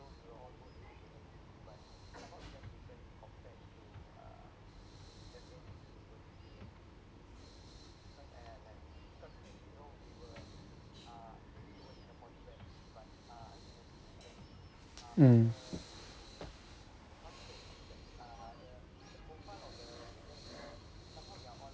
mm